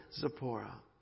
Zipporah